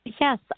Yes